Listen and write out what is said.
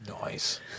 Nice